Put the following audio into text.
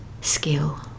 skill